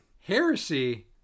heresy